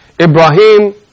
Ibrahim